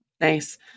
Nice